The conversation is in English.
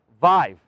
Vive